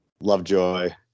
Lovejoy